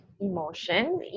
emotion